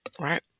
right